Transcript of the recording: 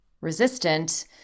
resistant